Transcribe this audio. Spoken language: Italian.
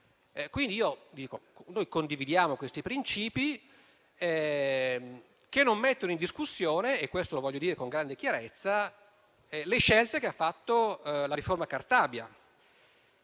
Noi condividiamo questi principi, che non mettono in discussione - lo voglio dire con grande chiarezza - le scelte che ha fatto la riforma Cartabia,